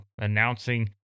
announcing